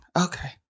Okay